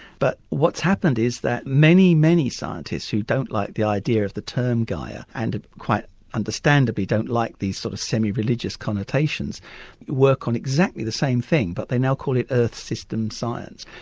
but what's happened is that many, many scientists who don't like the idea of the term gaia and quite understandably don't like these kind sort of semi-religious connotations work on exactly the same thing but they now call it earth system science.